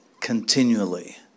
continually